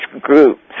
groups